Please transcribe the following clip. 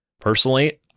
Personally